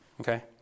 Okay